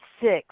six